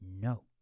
No